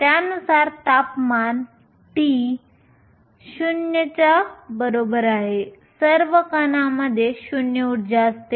त्यानुसार तापमान T 0 सर्व कणांमध्ये 0 ऊर्जा असते